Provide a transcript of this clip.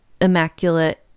immaculate